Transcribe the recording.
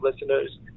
listeners